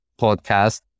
podcast